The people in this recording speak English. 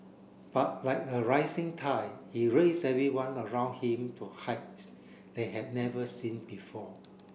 but like a rising tide he raised everyone around him to heights they had never seen before